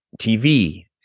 tv